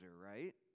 right